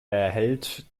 erhält